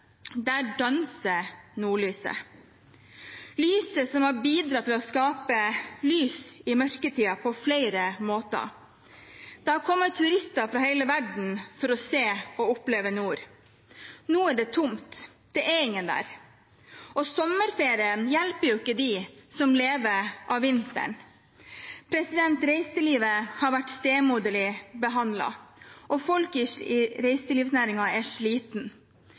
danser nordlyset, lyset som har bidratt til å skape lys i mørketiden på flere måter. Det har kommet turister fra hele verden for å se og oppleve nord. Nå er det tomt, det er ingen der. Sommerferien hjelper ikke de som lever av vinteren. Reiselivet har vært stemoderlig behandlet. Folk i reiselivsnæringen er slitne. Vi er